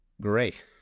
great